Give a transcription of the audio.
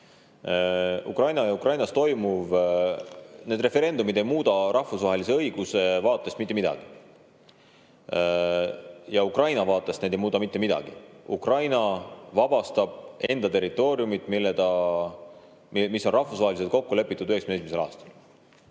Ukraina ja Ukrainas toimuv – need referendumid ei muuda rahvusvahelise õiguse vaates mitte midagi ja Ukraina vaates ei muuda need mitte midagi. Ukraina vabastab enda territooriumit, [mille piirid] lepiti rahvusvaheliselt kokku 1991. aastal.